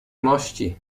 mości